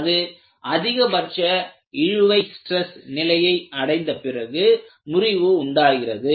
அது அதிகபட்ச இழுவிசை ஸ்டிரஸ் நிலையை அடைந்தபிறகு முறிவு உண்டாகிறது